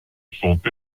sont